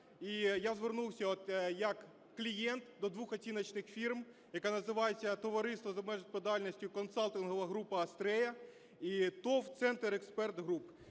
я звернувся от як клієнт до двох оціночних фірм, які називаються: Товариство з обмеженою відповідальністю "Консалтингова група "Астрея" і ТОВ "Центр Експерт Груп".